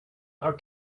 are